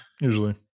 usually